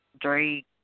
Drake